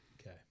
Okay